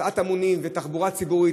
הסעת המונים ותחבורה ציבורית.